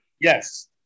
Yes